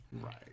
Right